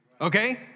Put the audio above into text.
okay